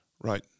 right